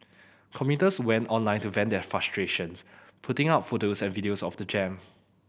commuters went online to vent their frustrations putting up photos and videos of the jam